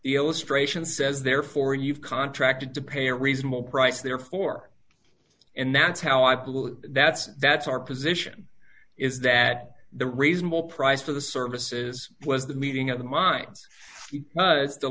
illustration says therefore you've contracted to pay a reasonable price therefore and that's how i believe that's that's our position is that the reasonable price for the services was the meeting of the minds as the